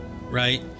Right